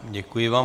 Děkuji vám.